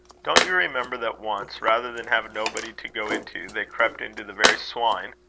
don't you remember that once, rather than have no body to go into, they crept into the very swine?